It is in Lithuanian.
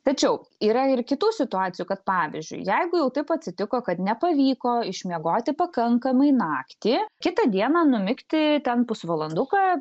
tačiau yra ir kitų situacijų kad pavyzdžiui jeigu jau taip atsitiko kad nepavyko išmiegoti pakankamai naktį kitą dieną numigti ten pusvalanduką